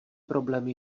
problémy